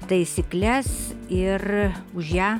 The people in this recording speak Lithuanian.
taisykles ir už ją